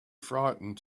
frightened